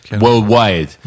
worldwide